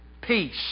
peace